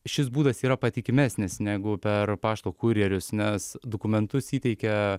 šis būdas yra patikimesnis negu per pašto kurjerius nes dokumentus įteikia